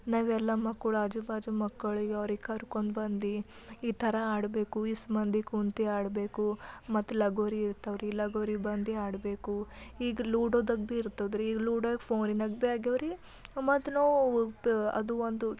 ನಾವೆಲ್ಲ ಮಕ್ಕಳು ಆಜು ಬಾಜು ಮಕ್ಕಳಿಗೆ ಅವ್ರಿಗೆ ಕರ್ಕೊಂಡ್ಬಂದು ಈ ಥರ ಆಡಬೇಕು ಇಷ್ಟು ಮಂದಿ ಕೂತು ಆಡಬೇಕು ಮತ್ತು ಲಗೋರಿ ಇರ್ತವ್ರೀ ಲಗೋರಿ ಬಂದು ಆಡಬೇಕು ಈಗ ಲೂಡೋದಾಗ ಬೀ ಇರ್ತದ್ರೀ ಈಗ ಲೂಡೋ ಫೋನಿನಾಗ ಭೀ ಆಗ್ಯವ್ರಿ ಮತ್ತು ನಾವು ಪ ಅದು ಒಂದು